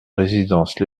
résidence